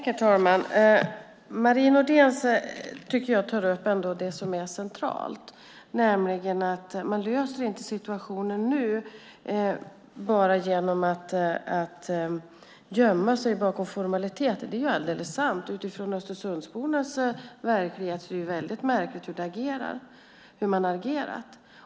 Herr talman! Jag tycker att Marie Nordén tar upp det som är centralt, nämligen att man inte löser situationen nu bara genom att gömma sig bakom formaliteter. Det är alldeles sant. Utifrån Östersundsbornas verklighet är det väldigt märkligt hur man har agerat.